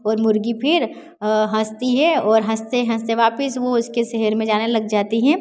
और मुर्गी फिर हँसती है और हँसते हँसते वापिस वो उसके शहर में जाने लग जाती है